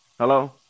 Hello